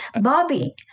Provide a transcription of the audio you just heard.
Bobby